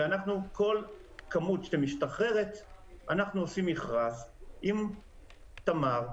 ועל כל כמות שמשתחררת אנחנו עושים מכרז עם תמר,